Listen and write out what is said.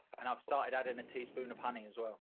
and i've started adding a teaspoon of honey as well.